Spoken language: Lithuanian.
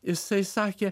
jisai sakė